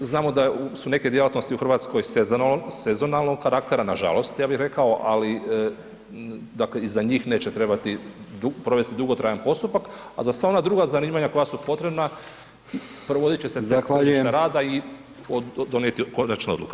Znamo da su neke djelatnosti u Hrvatskoj sezonalnog karaktera nažalost ja bih rekao, ali dakle i za njih neće trebati provesti dugotrajan postupak, a za sva ona druga zanimanja koja su potrebna provodit će se interes tržišta rada i donijeti konačna odluka.